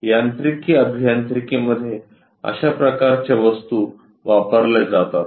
यांत्रिकी अभियांत्रिकीमध्ये अशा प्रकारच्या वस्तू वापरल्या जातात